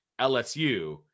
LSU